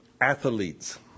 athletes